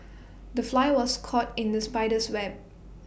the fly was caught in the spider's web